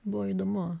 buvo įdomu